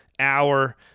hour